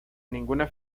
ninguna